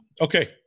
Okay